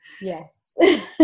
Yes